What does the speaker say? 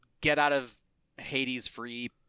get-out-of-Hades-free